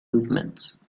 movements